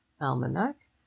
Almanac